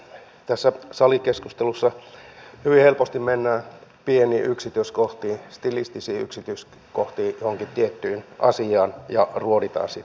tässä salikeskustelussa hyvin helposti mennään pieniin yksityiskohtiin stilistisiin yksityiskohtiin johonkin tiettyyn asiaan ja ruoditaan sitten sitä